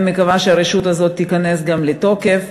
אני מקווה שהרשות הזאת תיכנס גם לתוקף.